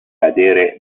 cadere